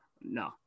No